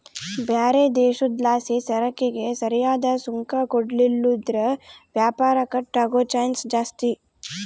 ಬ್ಯಾರೆ ದೇಶುದ್ಲಾಸಿಸರಕಿಗೆ ಸರಿಯಾದ್ ಸುಂಕ ಕೊಡ್ಲಿಲ್ಲುದ್ರ ವ್ಯಾಪಾರ ಕಟ್ ಆಗೋ ಚಾನ್ಸ್ ಜಾಸ್ತಿ